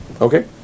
Okay